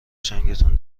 چنگتون